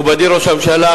מכובדי ראש הממשלה,